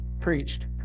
preached